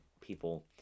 people